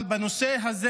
אבל הנושא הזה